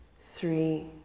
three